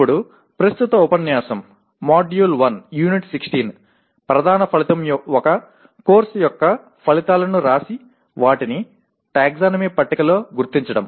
ఇప్పుడు ప్రస్తుత ఉపన్యాసం M1U16 ప్రధాన ఫలితం ఒక కోర్సు యొక్క ఫలితాలను వ్రాసి వాటిని టాక్సానమీ పట్టికలో గుర్తించడం